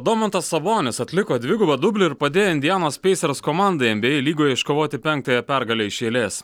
domantas sabonis atliko dvigubą dublį ir padėjo indianos peisers komandai en by ei lygoje iškovoti penktąją pergalę iš eilės